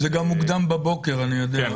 זה גם מוקדם בבוקר, אני יודע.